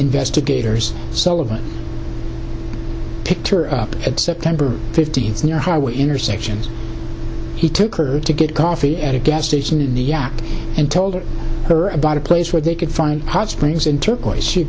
investigators so of and picked her up at september fifteenth near highway intersections he took her to get coffee at a gas station in the yap and told her about a place where they could find hot springs in turquoise sh